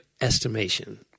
estimation